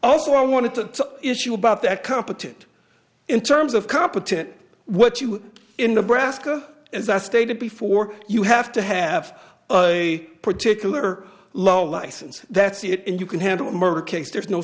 also i want to issue about that competent in terms of competent what you in nebraska as i stated before you have to have a particular law license that's it and you can handle a murder case there's no